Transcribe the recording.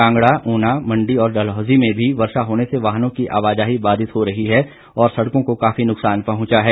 कांगड़ा ऊना मंडी और डलहौजी में भी वर्षा होने से वाहनों की आवाजाही बाधित हो रही है और सड़कों को काफी नुकसान पहुंचा है